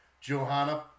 Johanna